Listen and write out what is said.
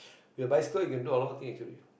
the bicycle you can do a lot of thing actually